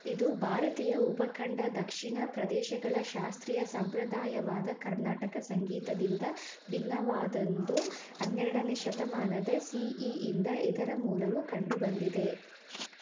ಇದು ಭಾರತೀಯ ಉಪಖಂಡ ದಕ್ಷಿಣ ಪ್ರದೇಶಗಳ ಶಾಸ್ತ್ರೀಯ ಸಂಪ್ರದಾಯವಾದ ಕರ್ನಾಟಕ ಸಂಗೀತದಿಂದ ಭಿನ್ನವಾದದ್ದು ಹನ್ನೆರಡನೇ ಶತಮಾನದ ಸಿ ಇ ಯಿಂದ ಇದರ ಮೂಲವು ಕಂಡುಬಂದಿದೆ